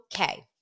Okay